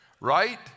right